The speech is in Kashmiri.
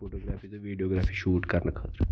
فوٗٹوٗگرٛافی تہِ ویٖڈیوگرٛافی شوٗٹ کَرنہٕ خٲطرٕ